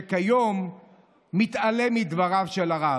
שכיום מתעלם מדבריו של הרב.